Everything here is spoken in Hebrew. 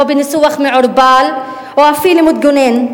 לא בניסוח מעורפל או אפילו מתגונן.